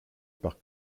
par